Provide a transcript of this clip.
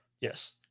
Yes